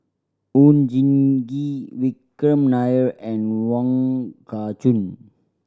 Oon Jin Gee Vikram Nair and Wong Kah Chun